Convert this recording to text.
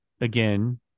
again